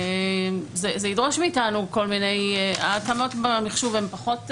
זה ידרוש מאיתנו, ההתאמות במחשוב הן פחות סבוכות,